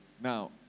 Now